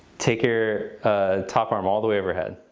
take your top arm all the way overhead.